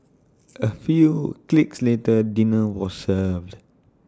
A few clicks later dinner was served